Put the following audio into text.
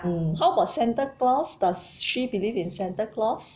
mm how about santa claus does she believe in santa claus